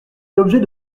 l’objet